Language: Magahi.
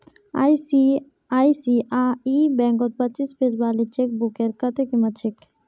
आई.सी.आई.सी.आई बैंकत पच्चीस पेज वाली चेकबुकेर कत्ते कीमत छेक